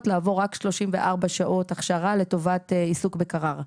לעבור רק 34 שעות הכשרה לטובת עיסוק בקרר.